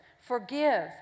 Forgive